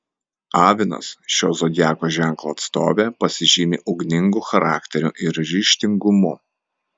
avinas šio zodiako ženklo atstovė pasižymi ugningu charakteriu ir ryžtingumu